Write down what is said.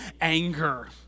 anger